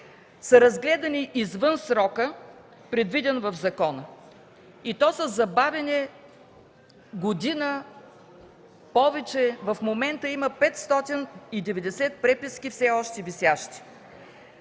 са разгледани извън срока, предвиден в закона, и то със забавяне с година и повече. В момента има 590 преписки все още висящи.